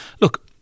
Look